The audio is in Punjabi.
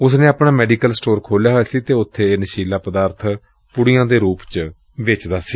ਉਸ ਨੇ ਆਪਣਾ ਮੈਡੀਕਲ ਸਟੋਰ ਖੋਲ੍ਹਿਆ ਹੋਇਆ ਸੀ ਅਤੇ ਉਥੇ ਇਹ ਨਸ਼ੀਲਾ ਪਦਾਰਥ ਪੁੜੀਆਂ ਦੇ ਰੂਪ ਚ ਵੇਚਦਾ ਸੀ